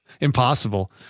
Impossible